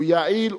הוא יעיל,